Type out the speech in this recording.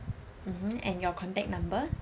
mmhmm and your contact number